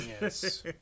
Yes